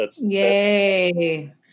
Yay